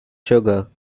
sugar